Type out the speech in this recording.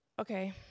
okay